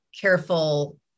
careful